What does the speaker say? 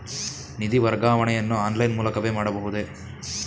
ನಿಧಿ ವರ್ಗಾವಣೆಯನ್ನು ಆನ್ಲೈನ್ ಮೂಲಕವೇ ಮಾಡಬಹುದೇ?